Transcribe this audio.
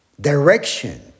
direction